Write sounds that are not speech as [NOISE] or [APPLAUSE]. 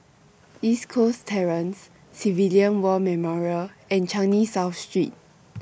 [NOISE] East Coast Terrace Civilian War Memorial and Changi South Street [NOISE]